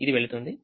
ఇది వెళుతుంది